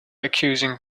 accusing